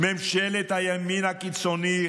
של ממשלת הימין הקיצוני.